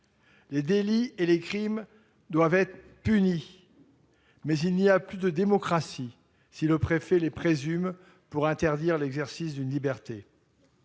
Les délits et les crimes doivent être punis, mais il n'y a plus de démocratie si le préfet les présume pour interdire l'exercice d'une liberté.